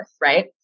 right